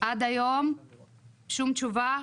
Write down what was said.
עד היום שום תשובה,